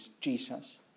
Jesus